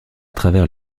travers